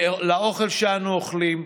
לאוכל שאנו אוכלים,